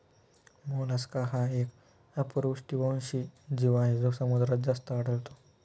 Mollusca हा एक अपृष्ठवंशी जीव आहे जो समुद्रात जास्त आढळतो